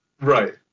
Right